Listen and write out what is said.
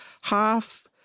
half